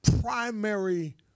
primary